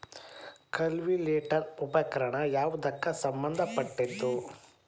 Cultivator ಉಪಕರಣ ಯಾವದಕ್ಕ ಸಂಬಂಧ ಪಟ್ಟಿದ್ದು?